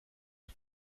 die